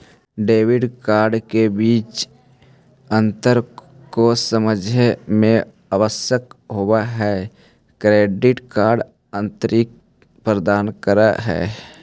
Debit card के बीच अंतर को समझे मे आवश्यक होव है क्रेडिट कार्ड अतिरिक्त प्रदान कर है?